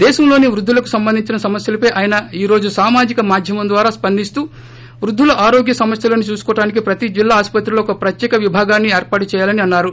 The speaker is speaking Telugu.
దేశంలోని వృద్దులకు సంబంధించిన సమస్యలపై ఆయనేఈ రోజు సామాజిక మాద్యమం ద్వారా స్పందిస్తూ వృద్దుల ఆరోగ్య సమస్యలను చూసుకోవటానికి ప్రతి జిల్లా ఆసుప్రతుల్లో ఒక ప్రత్యేక విభాగాన్ని ఏర్పాటు చేయాలని అన్నారు